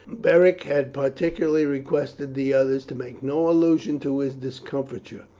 beric had particularly requested the others to make no allusion to his discomfiture,